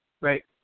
Right